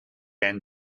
end